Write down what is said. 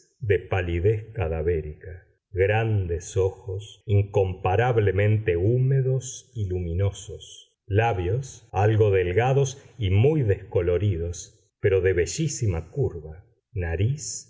de palidez cadavérica grandes ojos incomparablemente húmedos y luminosos labios algo delgados y muy descoloridos pero de bellísima curva nariz